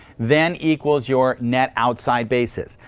then equals your net outside basis.